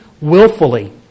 willfully